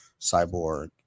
cyborg